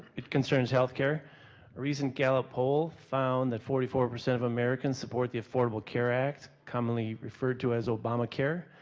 it concerns healthcare recent gallup poll found that forty four percent of americans support the affordable care act, commonly referred to as obamacare.